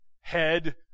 head